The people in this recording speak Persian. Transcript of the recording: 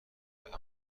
پورنگ